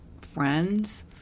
friends